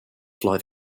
fly